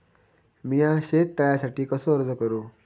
मीया शेत तळ्यासाठी कसो अर्ज करू?